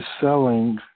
selling